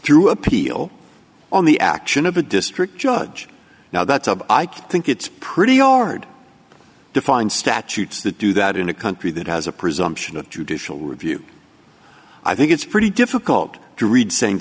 through appeal on the action of a district judge now that's of i can't think it's pretty hard to find statutes that do that in a country that has a presumption of judicial review i think it's pretty difficult to read same